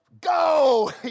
go